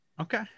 Okay